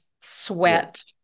sweat